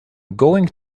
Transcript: going